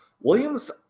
williams